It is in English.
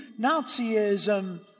Nazism